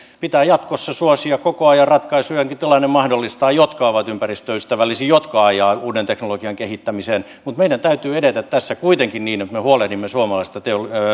pitää jatkossa suosia koko ajan ratkaisuja aina kun tilanne mahdollistaa jotka ovat ympäristöystävällisiä jotka ajavat uuden teknologian kehittämiseen mutta meidän täytyy edetä tässä kuitenkin niin että me huolehdimme suomalaisesta